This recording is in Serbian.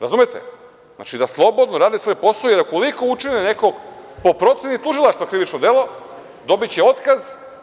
Razumete, da slobodno radi svoj posao, jer ukoliko učini neko po proceni tužilaštva krivično delo, dobiće otkaz.